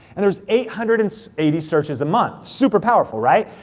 and there's eight hundred and so eighty searches a month. super powerful, right?